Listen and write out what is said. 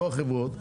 לא החברות,